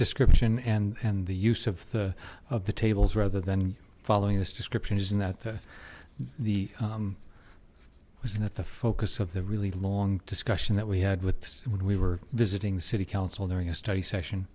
description and and the use of the of the tables rather than following this description isn't that the wasn't that the focus of the really long discussion that we had with when we were visiting city council during a study session